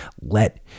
let